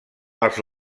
els